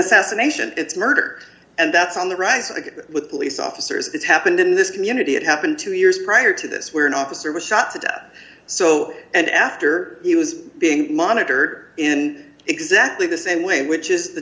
assassination it's murder and that's on the rise again with police officers it's happened in this community it happened two years prior to this where an officer was shot to death so and after he was being monitored and exactly the same way which is the